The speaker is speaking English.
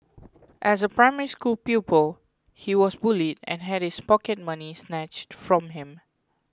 as a Primary School pupil he was bullied and had his pocket money snatched from him